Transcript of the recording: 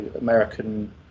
American